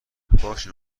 باشه